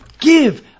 Give